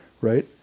Right